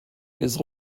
his